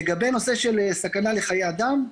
לגבי נושא של סכנה לחיי אדם,